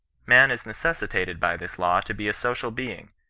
man is necessitated by this law to be a social being,